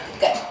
good